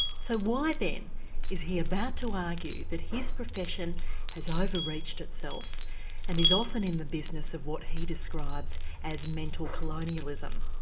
so why then is he about to argue that his profession has over-reached itself and is often in the business of what he describes as mental colonialism?